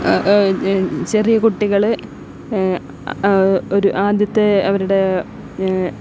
ചെറിയ കുട്ടികൾ ഒരു ആദ്യത്തെ അവരുടെ